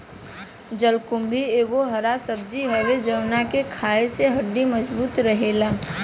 जलकुम्भी एगो हरा सब्जी हवे जवना के खाए से हड्डी मबजूत रहेला